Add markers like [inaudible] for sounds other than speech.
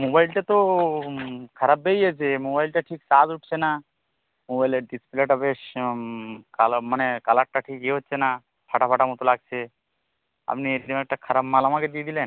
মোবাইলটা তো খারাপ বেরিয়েছে মোবাইলটা ঠিক চার্জ উঠছে না মোবাইলের ডিসপ্লেটা বেশ কালা মানে কালারটা ঠিক ইয়ে হচ্ছে না ফাটা ফাটা মতো লাগছে আপনি [unintelligible] একটা খারাপ মাল আমাকে দিয়ে দিলেন